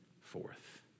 forth